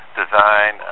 design